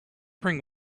bring